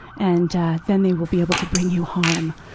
and then they will be able to bring you harm.